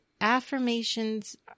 affirmations